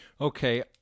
Okay